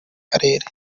karere